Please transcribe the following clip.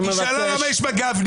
היא שאלה למה יש מג"בניקים.